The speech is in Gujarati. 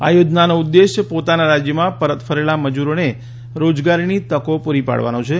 આ યોજનાનો ઉદ્દેશ્ય પોતાના રાજ્યોમાં પરત ફરેલા મજુરોને રોજગારીની તકો પુરી પાડવાનો છે